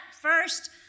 first